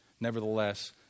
Nevertheless